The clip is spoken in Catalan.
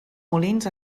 molins